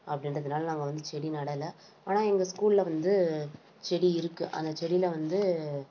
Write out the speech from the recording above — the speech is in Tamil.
அப்படின்றதுனால நாங்கள் வந்து செடி நடலை ஆனால் எங்கள் ஸ்கூலில் வந்து செடி இருக்குது அந்த செடியில் வந்து